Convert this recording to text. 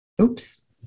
Oops